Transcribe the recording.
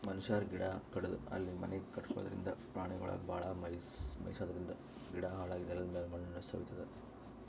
ಮನಶ್ಯಾರ್ ಗಿಡ ಕಡದು ಅಲ್ಲಿ ಮನಿ ಕಟಗೊಳದ್ರಿಂದ, ಪ್ರಾಣಿಗೊಳಿಗ್ ಭಾಳ್ ಮೆಯ್ಸಾದ್ರಿನ್ದ ಗಿಡ ಹಾಳಾಗಿ ನೆಲದಮ್ಯಾಲ್ ಮಣ್ಣ್ ಸವಿತದ್